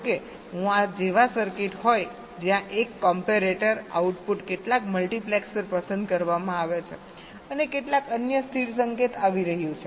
ધારો કે હું આ જેવા સરકીટ હોય જ્યાં એક કોમ્પેરેટર આઉટપુટ કેટલાક મલ્ટિપ્લેક્સર પસંદ કરવામાં આવે છે અને પણ કેટલાક અન્ય સ્થિર સંકેત આવી રહ્યું છે